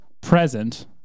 present